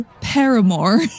paramour